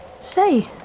Say